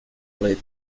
related